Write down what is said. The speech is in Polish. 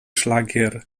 szlagier